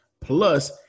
Plus